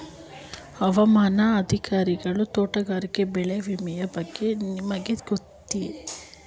ಹವಾಮಾನ ಆಧಾರಿತ ತೋಟಗಾರಿಕೆ ಬೆಳೆ ವಿಮೆಯ ಬಗ್ಗೆ ನಿಮಗೆ ಗೊತ್ತೇ?